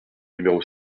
numéro